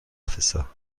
officer